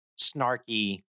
snarky